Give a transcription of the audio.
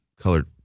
colored